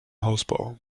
hausbau